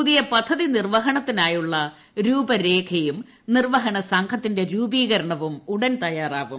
പുതിയ പദ്ധതി നിർവഹണത്തിനായുള്ള രൂപരേഖയും നിർവഹണ സംഘത്തിന്റെ രൂപീകരണവും ഉടൻ തയാറാവും